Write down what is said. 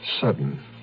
sudden